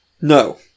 No